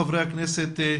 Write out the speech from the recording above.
חברי הכנסת,